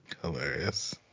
Hilarious